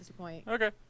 Okay